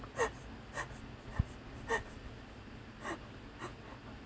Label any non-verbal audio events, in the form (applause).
(laughs)